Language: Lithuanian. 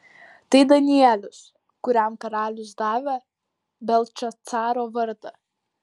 tai danielius kuriam karalius davė beltšacaro vardą